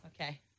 Okay